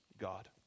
God